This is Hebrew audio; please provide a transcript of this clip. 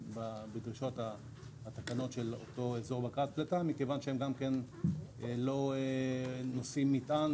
בדרישות התקנות של אותו אזור בקרת פלטה מכיוון שהם גם כן לא נושאים מטען,